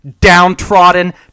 downtrodden